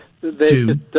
two